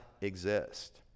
exist